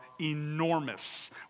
enormous